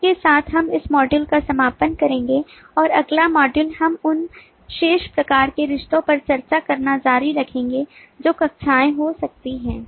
इसके साथ हम इस मॉड्यूल का समापन करेंगे और अगला मॉड्यूल हम उन शेष प्रकार के रिश्तों पर चर्चा करना जारी रखेंगे जो कक्षाएं हो सकती हैं